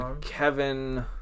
Kevin